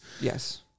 Yes